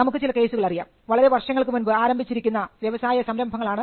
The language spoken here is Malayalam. നമുക്ക് ചില കേസുകൾ അറിയാം വളരെ വർഷങ്ങൾക്കു മുൻപ് ആരംഭിച്ചിരിക്കുന്ന വ്യവസായ സംരംഭങ്ങളാണ്